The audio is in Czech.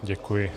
Děkuji.